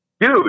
dude